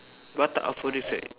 what